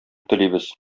телибез